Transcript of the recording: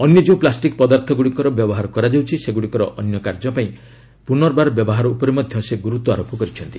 ଅନ୍ୟ ଯେଉଁ ପ୍ଲାଷ୍ଟିକ୍ ପଦାର୍ଥ ଗୁଡ଼ିକର ବ୍ୟବହା କରାଯାଉଛି ସେଗୁଡ଼ିକର ଅନ୍ୟ କାର୍ଯ୍ୟପାଇଁ ପୁନଃବ୍ୟବହାର ଉପରେ ମଧ୍ୟ ସେ ଗୁରୁତ୍ୱାରୋପ କରିଛନ୍ତି